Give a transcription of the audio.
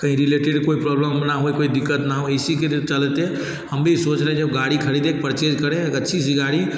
कहीं रिलेटेड कोई प्रॉब्लम ना होए कोई दिक़्क़त ना हो इसी के जो चलते हम भी सोच रहें जो गाड़ी खरीदें परचेज करें एक अच्छी सी गाड़ी